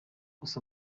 gusa